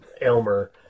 Elmer